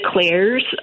declares